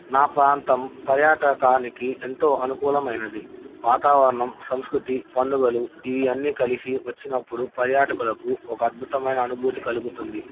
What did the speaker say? నా ప్రాంతం పర్యాటకానికి ఎంతో అనుకూలమైనది వాతావరణం సంస్కృతి పండుగలు ఇవియన్నీ కలిసి వచ్చినప్పుడు పర్యాటకులకు ఒక అద్భుతమైన అనుభూతి కలుగుతుంది